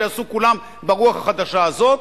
שיעשו כולם ברוח החדשה הזאת,